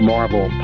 Marvel